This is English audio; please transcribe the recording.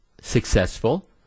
successful